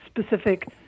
specific